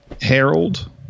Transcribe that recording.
Harold